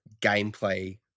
gameplay